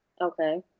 Okay